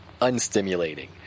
unstimulating